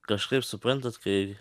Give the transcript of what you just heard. kažkaip suprantat kai